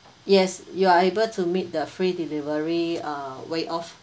yes you are able to meet the free delivery uh waive of